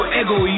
ego